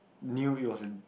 knew it was a